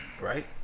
Right